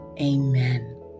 amen